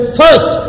first